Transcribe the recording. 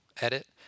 edit